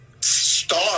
Star